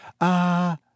Ah